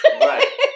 Right